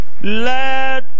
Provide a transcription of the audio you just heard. let